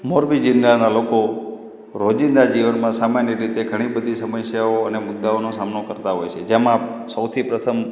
મોરબી જિલ્લાનાં લોકો રોજિંદા જીવનમાં સમાન્ય રીતે ઘણી બધી સમાસ્યાઓ અને મુદ્દાઓનો સામનો કરતા હોય છે જેમાં સૌથી પ્રથમ